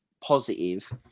positive